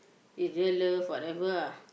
is real love whatever ah